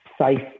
safe